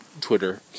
Twitter